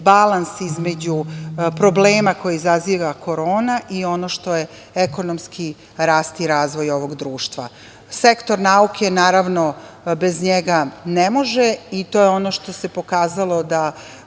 balans između problema koji izaziva korona i ono što je ekonomski rast i razvoj ovog društva. Sektor nauke, naravno bez njega ne može i ono što se pokazalo da